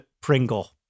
Pringle